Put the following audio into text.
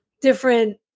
different